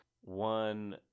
One